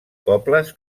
pobles